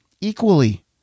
equally